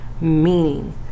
Meaning